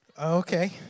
Okay